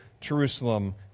Jerusalem